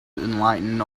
enlightened